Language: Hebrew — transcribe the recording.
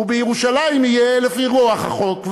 ובירושלים יהיה לפי רוח החוק,